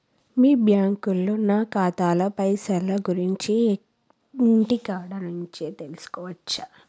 మీ బ్యాంకులో నా ఖాతాల పైసల గురించి ఇంటికాడ నుంచే తెలుసుకోవచ్చా?